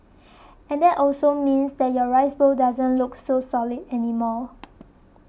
and that also means that your rice bowl doesn't look so solid anymore